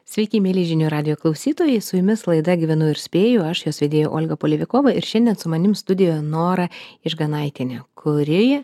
sveiki mieli žinių radijo klausytojai su jumis laida gyvenu ir spėju aš jos vedėja olga polivikova ir šiandien su manim studijoje nora išganaitienė kuri